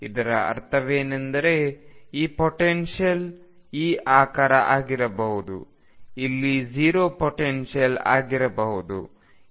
ಇದರ ಅರ್ಥವೇನೆಂದರೆ ಈ ಪೊಟೆನ್ಶಿಯಲ್ ಈ ಆಕಾರ ಆಗಿರಬಹುದು ಇಲ್ಲಿ 0 ಪೊಟೆನ್ಶಿಯಲ್ ಆಗಿರಬಹುದು ಇದರ ಉದ್ದ L